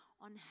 on